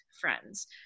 friends